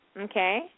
Okay